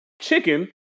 Chicken